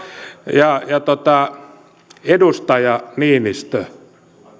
edustaja niinistö